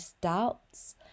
doubts